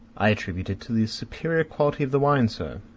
i attribute it to the superior quality of the wine, sir.